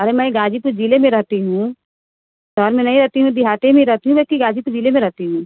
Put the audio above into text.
अरे मैं ग़ाज़ीपुर ज़िले में रहती हूँ शहर में नहीं रहती हूँ दिहात में रहती हूँ जबकि ग़ाज़ीपुर ज़िले में रहती हूँ